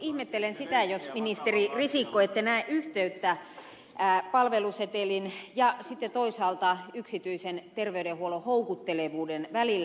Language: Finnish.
ihmettelen sitä ministeri risikko jos ette näe yhteyttä palvelusetelin ja toisaalta yksityisen terveydenhuollon houkuttelevuuden välillä